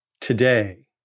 today